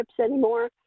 anymore